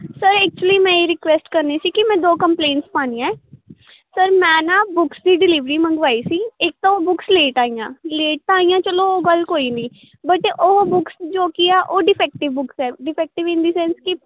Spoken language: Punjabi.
ਸਰ ਐਕਚੂਲ਼ੀ ਮੈਂ ਇਹ ਰਿਕੁਐਸਟ ਕਰਨੀ ਸੀ ਕਿ ਮੈਂ ਦੋ ਕੰਪਲੇਨਸ ਪਾਉਣੀਆਂ ਹੈ ਸਰ ਮੈਂ ਨਾ ਬੁੱਕਸ ਦੀ ਡਿਲੀਵਰੀ ਮੰਗਵਾਈ ਸੀ ਇੱਕ ਤਾਂ ਉਹ ਬੁੱਕਸ ਲੇਟ ਆਈਆਂ ਲੇਟ ਤਾਂ ਆਈਆਂ ਚਲੋ ਉਹ ਗੱਲ ਕੋਈ ਨਹੀਂ ਬਟ ਉਹ ਬੁੱਕਸ ਜੋ ਕੀ ਆ ਉਹ ਡਿਫੈਕਟਿਵ ਬੁੱਕਸ ਹੈ ਡਿਫੈਕਟ ਇਨ ਦੀ ਸੇਂਸ ਕਿ